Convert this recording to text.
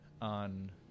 on